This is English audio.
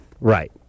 Right